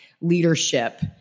leadership